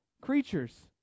creatures